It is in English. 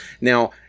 Now